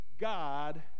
God